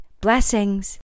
Blessings